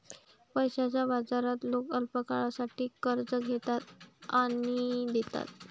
पैशाच्या बाजारात लोक अल्पकाळासाठी कर्ज घेतात आणि देतात